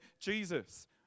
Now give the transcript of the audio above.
Jesus